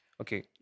Okay